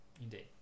Indeed